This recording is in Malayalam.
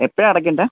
എപ്പോഴാണ് അടയ്ക്കണ്ടേ